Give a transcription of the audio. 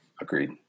Agreed